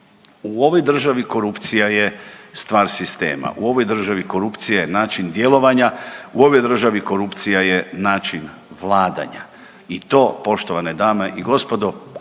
U ovoj državi korupcija je stvar sistema, u ovoj državi korupcija je način djelovanja, u ovoj državi korupcija je način vladanja i to poštovane dame i gospodo